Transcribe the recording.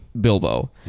Bilbo